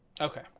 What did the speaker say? okay